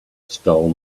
stole